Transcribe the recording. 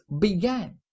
began